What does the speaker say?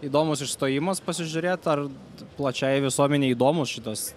įdomus išstojimas pasižiūrėt ar plačiai visuomenei įdomus šitas